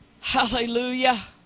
Hallelujah